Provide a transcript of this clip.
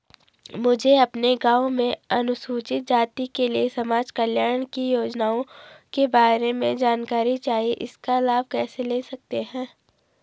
मुझे अपने गाँव में अनुसूचित जाति के लिए समाज कल्याण की योजनाओं के बारे में जानकारी चाहिए इसका लाभ कैसे ले सकते हैं?